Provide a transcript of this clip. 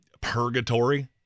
purgatory